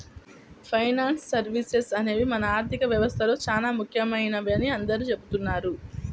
finance services అనేవి మన ఆర్థిక వ్యవస్థలో చానా ముఖ్యమైనవని అందరూ చెబుతున్నారు